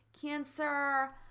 cancer